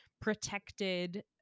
protected